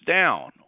down